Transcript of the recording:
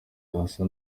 asa